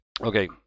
okay